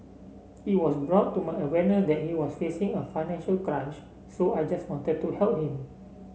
it was brought to my awareness that he was facing a financial crunch so I just wanted to help him